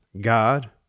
God